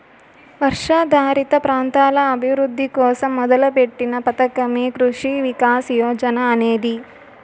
వర్షాధారిత ప్రాంతాల అభివృద్ధి కోసం మొదలుపెట్టిన పథకమే కృషి వికాస్ యోజన అనేది